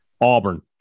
Auburn